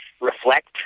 reflect